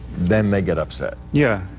then they get upset. yeah,